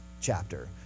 chapter